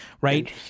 right